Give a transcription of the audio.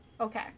Okay